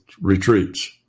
retreats